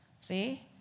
See